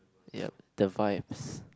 yeap the vibes